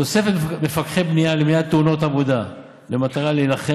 תוספת מפקחי בנייה למניעת תאונות עבודה במטרה להילחם